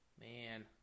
Man